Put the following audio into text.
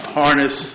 harness